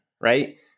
right